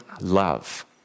love